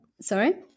sorry